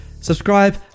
Subscribe